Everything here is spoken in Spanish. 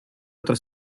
otro